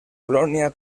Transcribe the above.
colonia